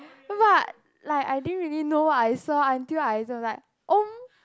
but like I didn't really know what I saw until I also like oh